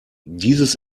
dieses